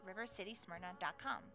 rivercitysmyrna.com